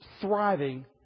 thriving